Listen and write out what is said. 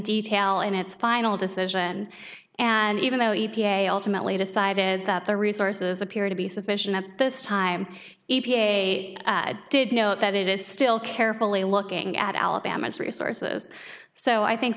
detail in its final decision and even though e p a ultimately decided that the resources appear to be sufficient at this time e p a did note that it is still carefully looking at alabama's resources so i think